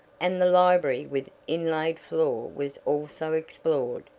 and the library with inlaid floor was also explored,